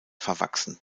verwachsen